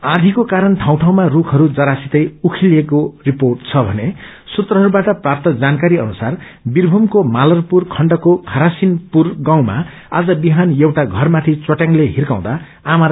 औँधीको कारण ठाउँ ठाउँमा रूखहरू जरासितै उखेलिएको रिपोर्ट छ भने सूत्रहरूबाट प्राप्त जानकारी अनुसार बीरभूयको मालापुर खण्डको खारासिनपुर गाउँमा आज बिहान एउटा घरमाथि च्चाटयाङ्ते हिकाउँदा आमा र छोराको मृत्यु भयो